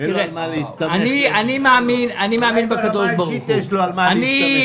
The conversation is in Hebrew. אולי ברמה האישית יש לו על מה להסתמך.